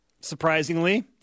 surprisingly